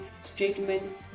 statement